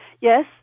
yes